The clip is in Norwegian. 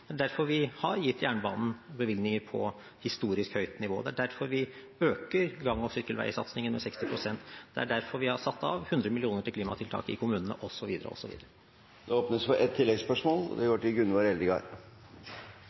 det er derfor vi har gitt jernbanen bevilgninger på historisk høyt nivå, det er derfor vi øker gang- og sykkelveisatsingen med 60 pst., det er derfor vi har satt av 100 mill. kr til klimatiltak i kommunene, osv. Det åpnes for ett oppfølgingsspørsmål – fra Gunvor Eldegard.